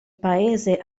paese